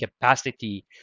capacity